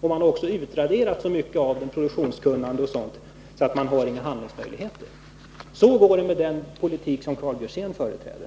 Då har man utraderat så mycket yrkeskunnande och annat att man inte har några handlingsmöjligheter. Så är det med den politik som Karl Björzén företräder.